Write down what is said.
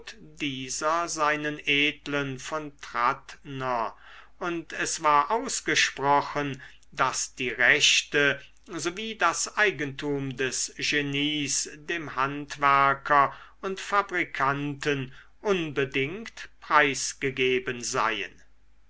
dieser seinen edlen von trattner und es war ausgesprochen daß die rechte sowie das eigentum des genies dem handwerker und fabrikanten unbedingt preisgegeben seien